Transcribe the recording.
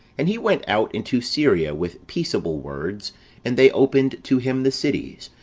and he went out into syria with peaceable words and they opened to him the cities,